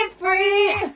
free